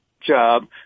job